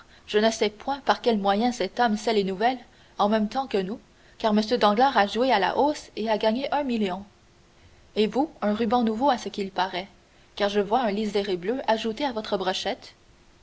je ne sais point par quel moyen cet homme sait les nouvelles en même temps que nous car m danglars a joué à la hausse et a gagné un million et vous un ruban nouveau à ce qu'il paraît car je vois un liséré bleu ajouté à votre brochette